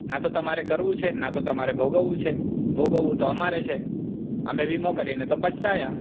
ના તો તમારે કરવું છે ના તો તમારે ભોગવવું છે ભોગવવું તો અમારે છે અમે વીમો કરીને તો પછતાયા